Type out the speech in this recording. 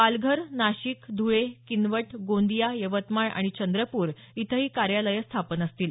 पालघर नाशिक धुळे किनवट गोदिया यवतमाळ आणि चंद्रपूर इथं ही कार्यालयं स्थापन असतील